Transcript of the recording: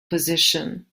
position